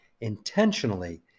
intentionally